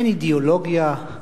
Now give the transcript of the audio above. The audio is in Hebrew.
אין אידיאולוגיה,